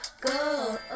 Go